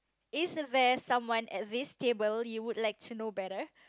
is there someone at this table you would like to know better